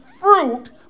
fruit